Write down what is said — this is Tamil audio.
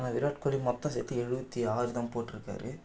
ஆனால் விராட் கோலி மொத்தம் சேர்த்து எழுபத்தி ஆறு தான் போட்டுருக்காரு